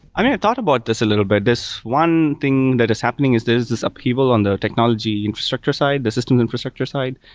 i mean, i've taught about this a little bit. one thing that is happening is there's this upheaval on the technology infrastructure side, the systems infrastructure side.